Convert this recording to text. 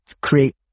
create